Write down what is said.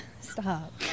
Stop